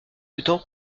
luttant